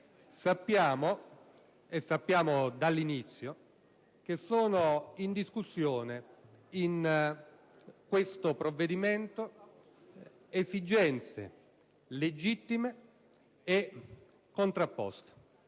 Sappiamo, e lo sapevamo dall'inizio, che sono in discussione in questo provvedimento esigenze legittime e contrapposte,